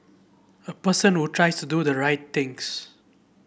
a person who tries to do the right things